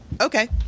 Okay